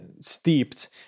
steeped